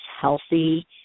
healthy